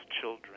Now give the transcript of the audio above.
children